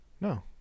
no